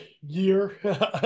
year